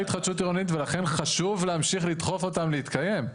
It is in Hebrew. התחדשות עירונית ולכן חשוב להמשיך לדחוף אותם להתקיים.